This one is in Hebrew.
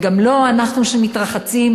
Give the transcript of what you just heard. וגם לא אנחנו שמתרחצים,